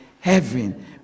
heaven